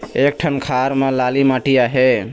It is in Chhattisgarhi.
एक ठन खार म लाली माटी आहे?